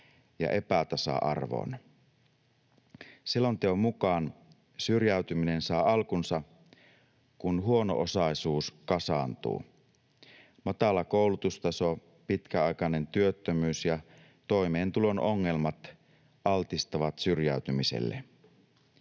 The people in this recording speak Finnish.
ja epätasa-arvoon. Selonteon mukaan syrjäytyminen saa alkunsa, kun huono-osaisuus kasaantuu. Matala koulutustaso, pitkäaikainen työttömyys ja toimeentulon ongelmat altistavat syrjäytymiselle.